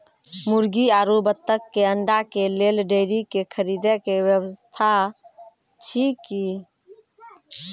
मुर्गी आरु बत्तक के अंडा के लेल डेयरी के खरीदे के व्यवस्था अछि कि?